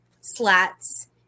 slats